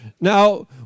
Now